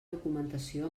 documentació